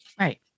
Right